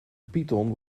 python